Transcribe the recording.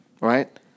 Right